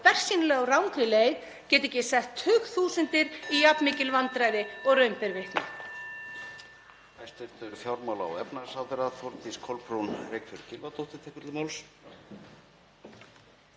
bersýnilega á rangri leið geti ekki sett tugþúsundir í jafn mikil vandræði og raun ber vitni?